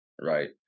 right